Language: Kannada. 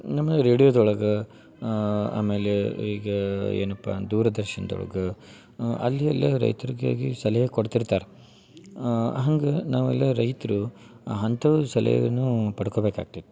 ನಮ್ಮ ರೇಡಿಯೊದೊಳಗೆ ಆಮೇಲೆ ಈಗ ಏನಪ್ಪ ದೂರ ದರ್ಶನದೊಳಗ ಅಲ್ಲಿ ಎಲ್ಲ ರೈತರಿಗಾಗಿ ಸಲಹೆ ಕೊಡ್ತಿರ್ತಾರೆ ಹಂಗೆ ನಾವೆಲ್ಲ ರೈತರು ಅಂಥವ್ ಸಲಹೆಯನ್ನು ಪಡ್ಕೊಬೇಕಾಗ್ತೈತಿ